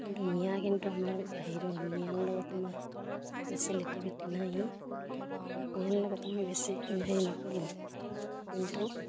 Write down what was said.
কিন্তু মিঞা কিন্তু আমাৰ বাহিৰত মিঞাৰ লগত আমাৰ বেছি লেটি পেটি নাই মিঞাৰ লগত আমি বেছি হেৰি নকৰোঁ কিন্তু